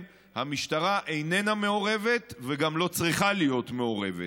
המשטרה איננה מעורבת וגם לא צריכה להיות מעורבת.